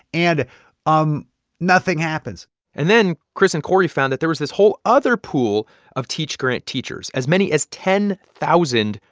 and um nothing happens and then chris and cory found that there was this whole other pool of teach grant teachers, as many as ten thousand,